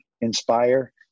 inspire